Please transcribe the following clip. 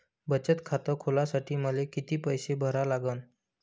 बचत खात खोलासाठी मले किती पैसे भरा लागन?